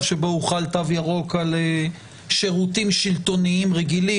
שבו הוחל התו הירוק על שירותים שלטוניים רגילים.